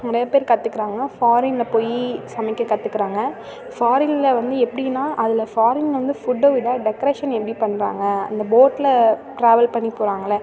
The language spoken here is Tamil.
நிறையா பேர் கத்துக்குறாங்க ஃபாரினில் போயி சமைக்க கத்துக்குறாங்க ஃபாரினில் வந்து எப்டின்னா அதில் ஃபாரின்ல வந்து ஃபுட்டை விட டெக்ரேஷன் எப்படி பண்ணுறாங்க அந்த போட்டில் ட்ராவல் பண்ணி போகிறாங்கள